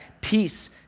peace